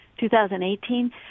2018